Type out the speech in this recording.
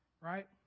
right